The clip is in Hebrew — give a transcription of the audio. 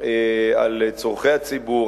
על צורכי הציבור,